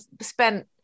spent